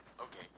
Okay